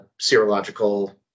serological